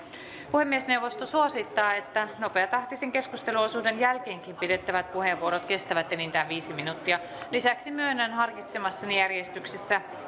puhemiesneuvosto suosittaa että nopeatahtisen keskusteluosuuden jälkeenkin pidettävät puheenvuorot kestävät enintään viisi minuuttia lisäksi myönnän harkitsemassani järjestyksessä